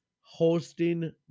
hosting